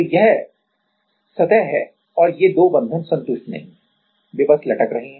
तो यह सतह है और ये 2 बंधन संतुष्ट नहीं हैं वे बस लटक रहे हैं